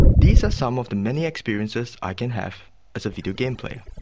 these are some of the many experiences i can have as a videogame player.